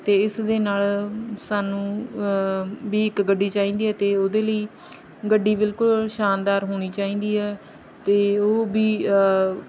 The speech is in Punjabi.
ਅਤੇ ਇਸ ਦੇ ਨਾਲ ਸਾਨੂੰ ਵੀ ਇੱਕ ਗੱਡੀ ਚਾਹੀਦੀ ਹੈ ਅਤੇ ਉਹਦੇ ਲਈ ਗੱਡੀ ਬਿਲਕੁਲ ਸ਼ਾਨਦਾਰ ਹੋਣੀ ਚਾਹੀਦੀ ਹੈ ਅਤੇ ਉਹ ਵੀ